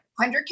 100K